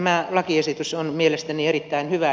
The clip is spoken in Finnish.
tämä lakiesitys on mielestäni erittäin hyvä